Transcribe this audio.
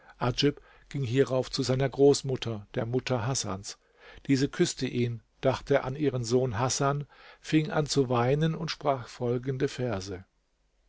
ging hierauf zu seiner großmutter der mutter hasans diese küßte ihn dachte an ihren sohn hasan fing an zu weinen und sprach folgende verse